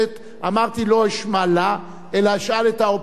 אמרתי שלא אשמע לה אלא אשאל את האופוזיציה,